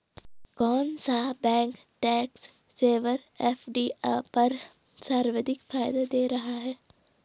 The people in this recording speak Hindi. कौन सा बैंक टैक्स सेवर एफ.डी पर सर्वाधिक फायदा दे रहा है?